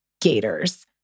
gators